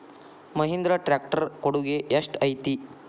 Mahindra tractor ಕೊಡುಗೆ ಎಷ್ಟು ಐತಿ?